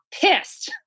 pissed